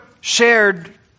shared